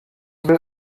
will